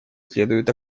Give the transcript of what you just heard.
следует